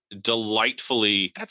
delightfully